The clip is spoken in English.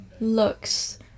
looks